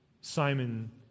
Simon